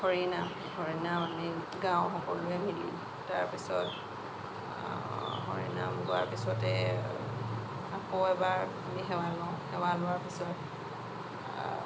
হৰি নাম হৰি নাম আমি গাওঁ সকলোৱে মিলি তাৰ পিছত হৰি নাম গোৱাৰ পিছতে আকৌ এবাৰ আমি সেৱা লওঁ সেৱা লোৱাৰ পিছত